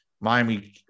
Miami